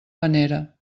panera